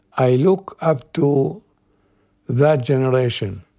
i look up to that generation,